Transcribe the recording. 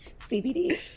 cbd